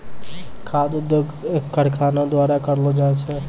खाद्य उद्योग कारखानो द्वारा करलो जाय छै